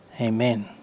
Amen